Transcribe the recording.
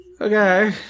Okay